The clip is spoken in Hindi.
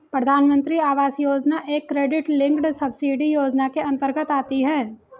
प्रधानमंत्री आवास योजना एक क्रेडिट लिंक्ड सब्सिडी योजना के अंतर्गत आती है